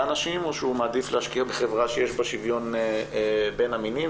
נשים או שהוא מעדיף להשקיע בחברה שיש בה שוויון בין המינים.